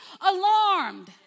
alarmed